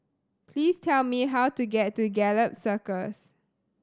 please tell me how to get to Gallop Circus